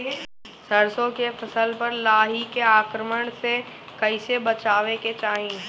सरसो के फसल पर लाही के आक्रमण से कईसे बचावे के चाही?